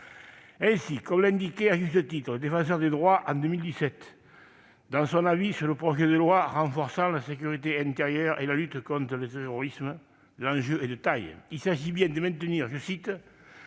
Ainsi, comme l'indiquait à juste titre le Défenseur des droits en 2017 dans son avis sur le projet de loi renforçant la sécurité intérieure et la lutte contre le terrorisme, l'enjeu est de taille. Il s'agit bien de maintenir «